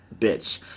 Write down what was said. bitch